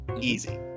easy